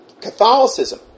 Catholicism